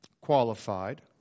qualified